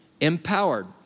empowered